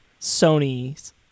Sony's